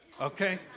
Okay